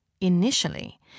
Initially